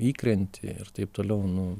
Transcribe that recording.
įkrenti ir taip toliau nu